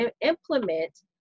implement